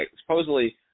supposedly